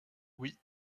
oui